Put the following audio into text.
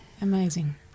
amazing